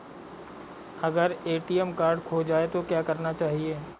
अगर ATM card खो जाए तो क्या करना चाहिए?